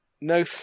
no